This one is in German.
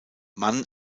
mann